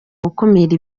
gukumira